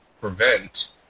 prevent